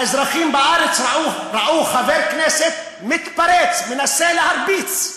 האזרחים בארץ ראו חבר כנסת מתפרץ, מנסה להרביץ.